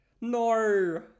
No